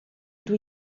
ydw